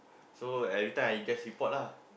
so every time I just report lah